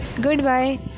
goodbye